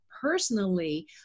personally